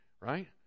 Right